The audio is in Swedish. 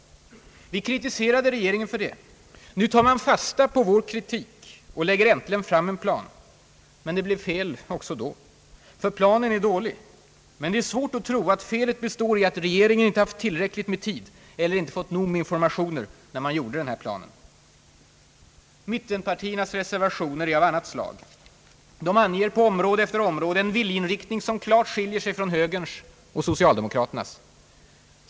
Vi kritiserade regeringen för det. Nu tar man fasta på vår kritik och lägger äntligen fram en plan. Men det blir fel också då. Planen är dålig. Men det är svårt att tro att felet består i att regeringen inte haft tillräckligt med tid eller inte fått nog med informationer när man gjorde den här planen. Mittenpartiernas reservationer är av annat slag. De anger på område efter område en viljeinriktning, som klart skiljer sig från högerns och socialdemokraternas.